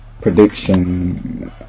Prediction